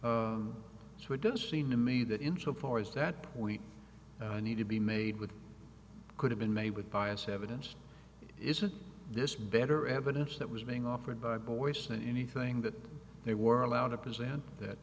so it does seem to me that in so far as that we need to be made with could have been made with bias evidence isn't this better evidence that was being offered by boyce and anything that they were allowed to present that